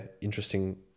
interesting